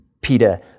Peter